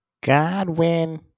Godwin